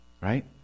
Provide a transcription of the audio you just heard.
Right